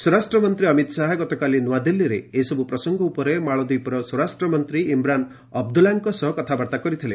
ସ୍ୱରାଷ୍ଟ୍ର ମନ୍ତ୍ରୀ ଅମିତ୍ ଶାହା ଗତକାଲି ନୂଆଦିଲ୍ଲୀରେ ଏସବୁ ପ୍ରସଙ୍ଗ ଉପରେ ମାଳଦୀପର ସ୍ୱରାଷ୍ଟ୍ର ମନ୍ତ୍ରୀ ଇମ୍ରାନ୍ ଅବଦୁଲ୍ଲାଙ୍କ ସହ କଥାବାର୍ତ୍ତା କରିଥିଲେ